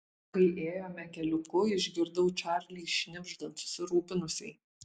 kai ėjome keliuku išgirdau čarlį šnibždant susirūpinusiai